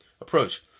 approach